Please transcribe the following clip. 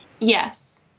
Yes